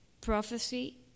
prophecy